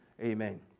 Amen